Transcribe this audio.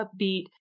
upbeat